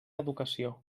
educació